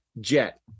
jet